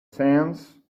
sands